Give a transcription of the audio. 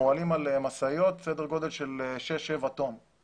מועלים על משאיות סדר גודל של ששש-שבעה טון.